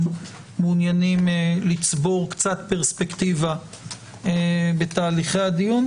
מעוניינים לצבור קצת פרספקטיבה בתהליכי הדיון,